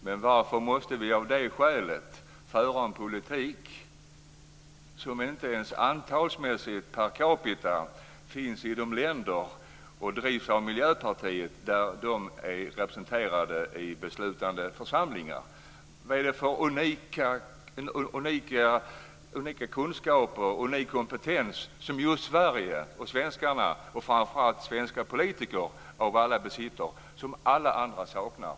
Men varför måste vi av det skälet föra en politik som inte ens antalsmässigt, per capita, finns i andra länder och där drivs av Miljöpartiet där de är representerade i beslutande församlingar? Vad är det för unika kunskaper och unik kompetens som just Sverige och svenskarna, och framför allt svenska politiker av alla, besitter och som alla andra saknar?